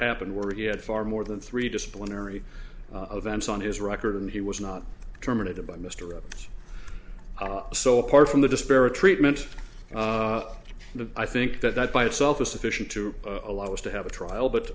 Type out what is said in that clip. happened where he had far more than three disciplinary events on his record and he was not terminated by mr evans so apart from the disparate treatment and i think that that by itself is sufficient to allow us to have a trial but